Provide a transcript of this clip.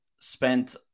spent